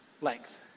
length